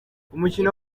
umukino